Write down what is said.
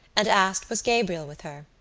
and asked was gabriel with her.